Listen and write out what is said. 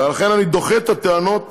ולכן אני דוחה את הטענות